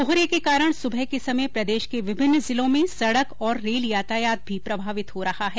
कोहरे के कारण सुबह के समय प्रदेश के विभिन्न जिलों में सड़क और रेल यातायात भी प्रभावित हो रहा है